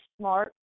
smart